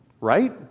Right